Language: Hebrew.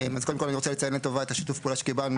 אז קודם כל אני רוצה לציין לטובה את שיתוף הפעולה שקיבלנו,